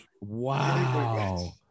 Wow